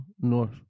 north